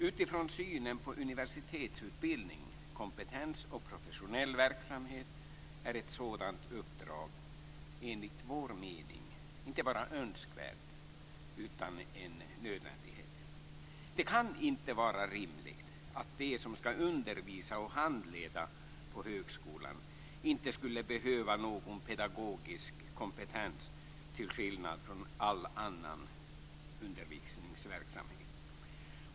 Utifrån synen på universitetsutbildning, kompetens och professionell verksamhet är ett sådant uppdrag enligt vår mening inte bara önskvärt utan en nödvändighet. Det kan inte vara rimligt att de som skall undervisa och handleda på högskolan inte skulle behöva någon pedagogisk kompetens, till skillnad från vad som gäller för all annan undervisningsverksamhet.